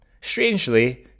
Strangely